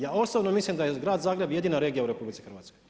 Ja osobno mislim da je grad Zagreb jedina regija u RH.